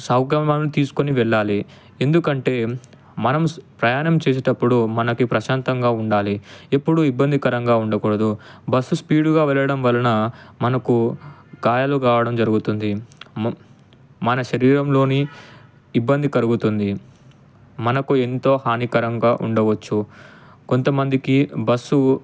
సౌక్యమానం తీసుకుని వెళ్ళాలి ఎందుకంటే మనం ప్రయాణం చేసేటప్పుడు మనకి ప్రశాంతంగా ఉండాలి ఎప్పుడు ఇబ్బందికరంగా ఉండకూడదు బస్సు స్పీడుగా వెళ్ళడం వలన మనకు గాయాలు కావడం జరుగుతుంది ము మన శరీరంలో ఇబ్బంది కలుగుతుంది మనకు ఎంతో హానికరంగా ఉండవచ్చు కొంతమందికి బస్సు